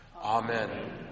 Amen